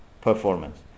performance